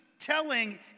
telling